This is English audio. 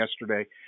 yesterday